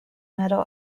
metal